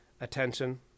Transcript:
attention